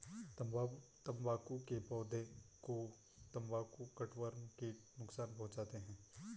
तंबाकू के पौधे को तंबाकू कटवर्म कीट नुकसान पहुंचाते हैं